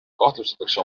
kahtlustatakse